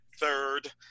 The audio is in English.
third